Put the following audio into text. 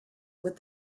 with